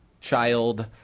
child